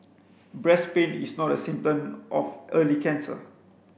breast pain is not a symptom of early cancer